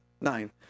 nine